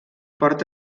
port